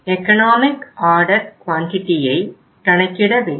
economic order குவான்டிட்டியை கணக்கிட வேண்டும்